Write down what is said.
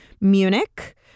Munich